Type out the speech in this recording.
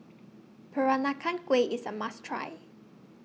Peranakan Kueh IS A must Try